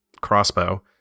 crossbow